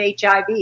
HIV